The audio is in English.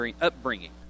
upbringing